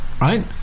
Right